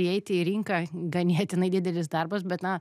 įeiti į rinką ganėtinai didelis darbas bet na